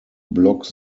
block